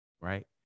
right